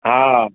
हा